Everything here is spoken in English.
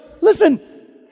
Listen